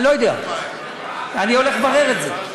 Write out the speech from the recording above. למה, אני לא יודע, אני הולך לברר את זה.